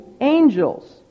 angels